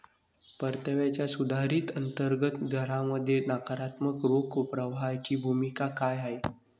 परताव्याच्या सुधारित अंतर्गत दरामध्ये नकारात्मक रोख प्रवाहाची भूमिका काय आहे?